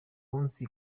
munsi